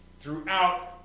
throughout